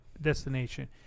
destination